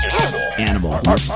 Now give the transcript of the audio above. Animal